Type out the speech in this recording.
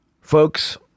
Folks